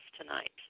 tonight